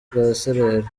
rwaserera